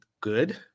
good